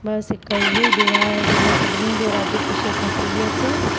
बसि हिक हीअ दुआ आहे हाणे सभिनि जो राज़ी ख़ुशीअ सां थी अचे